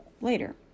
later